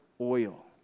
oil